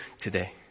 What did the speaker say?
today